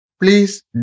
Please